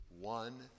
one